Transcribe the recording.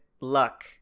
luck